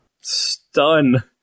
Stun